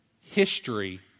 History